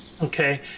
Okay